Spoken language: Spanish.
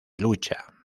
lucha